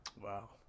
Wow